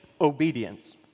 obedience